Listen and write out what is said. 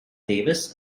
davis